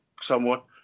somewhat